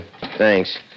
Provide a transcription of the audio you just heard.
thanks